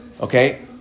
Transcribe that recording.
Okay